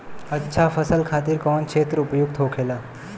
अच्छा फसल खातिर कौन क्षेत्र उपयुक्त होखेला?